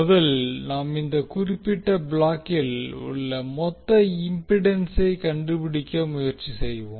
முதலில் நாம் இந்த குறிப்பிட்ட பிளாக்கில் உள்ள மொத்த இம்பிடன்சை கண்டுபிடிக்க முயற்சி செய்வோம்